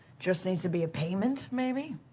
just needs to be a payment, maybe.